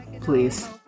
Please